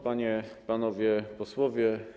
Panie i Panowie Posłowie!